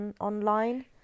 online